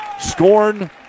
Scorn